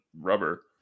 rubber